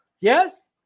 Yes